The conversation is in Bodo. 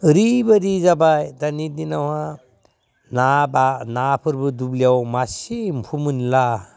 ओरैबादि जाबाय दानि दिनावहा नाफोरबो दुब्लियाव मासे एम्फौ मोनला